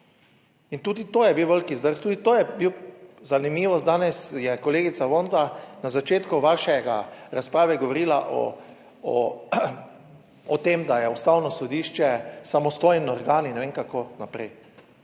tudi to je bil zanimivost. Danes je kolegica Vonta na začetku vaše razprave govorila o tem, da je Ustavno sodišče samostojen organ in ne vem kako naprej,